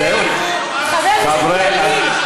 חבר הכנסת ילין,